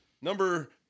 Number